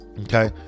Okay